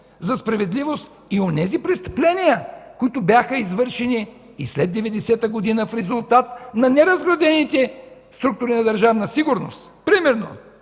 за справедливост и онези престъпления, които бяха извършени и след 1990 г., в резултат на неразградените структури на Държавна сигурност. Примерно: